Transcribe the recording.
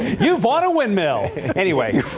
you bought a windmill anyway.